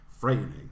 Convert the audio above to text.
frightening